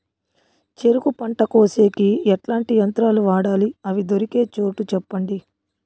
చెరుకు పంట కోసేకి ఎట్లాంటి యంత్రాలు వాడాలి? అవి దొరికే చోటు చెప్పండి?